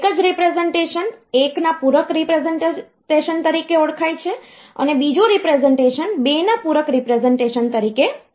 એક રીપ્રેસનટેશન 1 ના પૂરક રીપ્રેસનટેશન તરીકે ઓળખાય છે અને બીજું રીપ્રેસનટેશન 2 ના પૂરક રીપ્રેસનટેશન તરીકે ઓળખાય છે